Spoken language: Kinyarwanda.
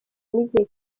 n’igihe